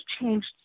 changed